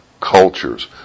Cultures